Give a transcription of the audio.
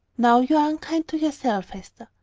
now you are unkind to yourself, hester.